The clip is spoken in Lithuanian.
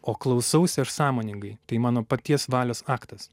o klausausi aš sąmoningai tai mano paties valios aktas